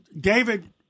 David